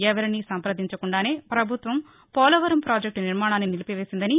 ఎవరినీ సంప్రదించకుండానే ప్రభుత్వం పోలవరం ప్రాజెక్టు నిర్మాణాన్ని నిలిపివేసిందని